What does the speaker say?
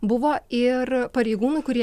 buvo ir pareigūnų kurie